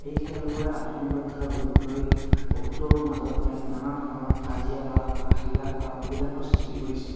এই খেলবোৰে আধুনিকতাৰ ৰূপ লৈ বহুতৰো মাজত এক নানা ধৰণৰ কাজিয়া বা আহিলা বা অভিলেখৰ সৃষ্টি কৰিছে